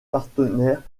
partenaires